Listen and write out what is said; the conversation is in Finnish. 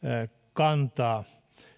kantaa